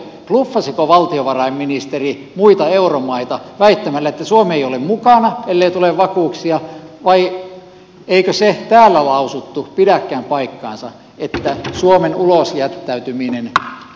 bluffasiko valtiovarainministeri muita euromaita väittämällä että suomi ei ole mukana ellei tule vakuuksia vai eikö se täällä lausuttu pidäkään paikkaansa että suomen ulos jättäytyminen ei olisi vaihtoehto